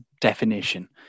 definition